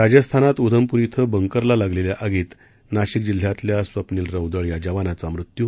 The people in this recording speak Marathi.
राजस्थानात उधमपूर इथं बंकरला लागलेल्या आगीत नाशिक जिल्ह्यातल्या स्वप्नील रौदळ या जवानाचा मृत्यू